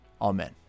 Amen